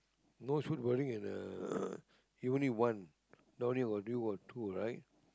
no shoot wording and uh he only one not only one you got two right